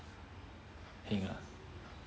heng ah